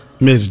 Miss